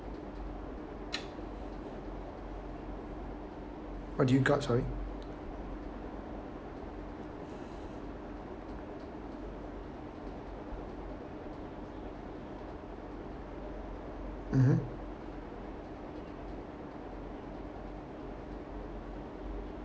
what do you got sorry mmhmm